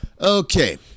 okay